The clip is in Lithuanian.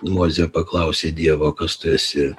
mozė paklausė dievo kas tu esi